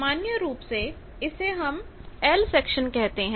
सामान्य रूप से इसे हम L सेक्शन कहते हैं